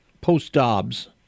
post-Dobbs